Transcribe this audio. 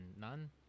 None